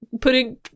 putting